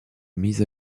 mis